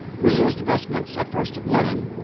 we used vestments, at first of linen,